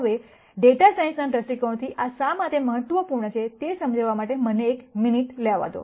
હવે ડેટા સાયન્સના દૃષ્ટિકોણથી આ શા માટે મહત્વપૂર્ણ છે તે સમજાવવા માટે મને એક મિનિટ લેવા દો